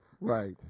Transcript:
Right